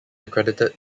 accredited